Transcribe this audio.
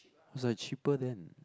is like cheaper then